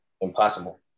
Impossible